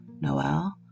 Noel